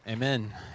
Amen